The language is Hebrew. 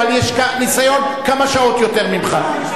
אבל לי יש ניסיון כמה שעות יותר ממך.